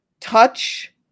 touch